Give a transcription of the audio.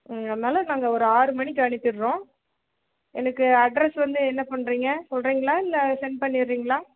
அதனால நாங்கள் ஒரு ஆறு மணிக்கு அனுப்பிடுறோம் எனக்கு அட்ரஸ் வந்து என்ன பண்ணுறீங்க சொல்கிறீங்களா இல்லை சென்ட் பண்ணிடுறீங்களா